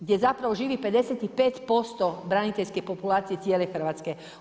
Gdje zapravo živi 55% braniteljske populacije cijele Hrvatske.